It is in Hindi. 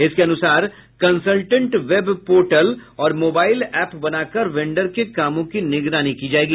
इसके अनुसार कंसलटेंट वेब पार्टल और मोबाईल एप बनाकर वेंडर के कामों की निगरानी की जायेगी